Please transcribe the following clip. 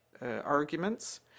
arguments